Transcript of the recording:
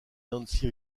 nancy